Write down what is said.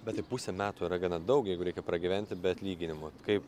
bet tai pusę metų yra gana daug jeigu reikia pragyventi be atlyginimo kaip